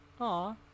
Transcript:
Aw